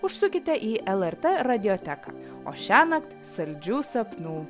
užsukite į lrt radioteką o šiąnakt saldžių sapnų